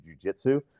jujitsu